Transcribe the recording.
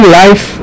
life